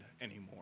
anymore